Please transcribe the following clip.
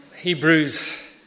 Hebrews